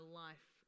life